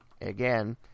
Again